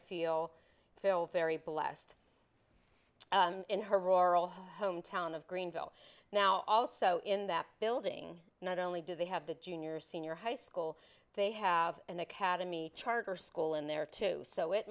feel phil very blessed in her rural hometown of greenville now also in that building not only do they have the junior senior high school they have an academy charter school in there too so it